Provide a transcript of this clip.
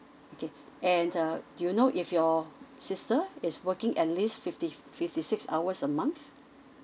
okay and uh do you know if your sister is working at least fifty fifty six hours a month